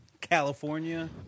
California